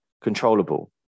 Controllable